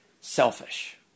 selfish